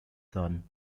son